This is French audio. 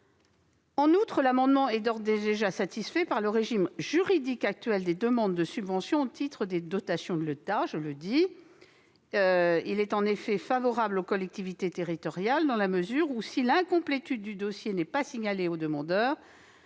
En outre, l'amendement est d'ores et déjà satisfait par le régime juridique actuel des demandes de subventions au titre des dotations de l'État, qui est favorable aux collectivités territoriales : si l'incomplétude du dossier n'est pas signalée aux demandeurs,